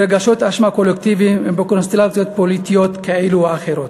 ברגשות אשמה קולקטיביים ובקונסטלציות פוליטיות כאלה ואחרות.